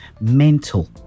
Mental